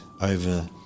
over